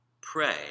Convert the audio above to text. Pray